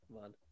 Man